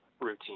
routine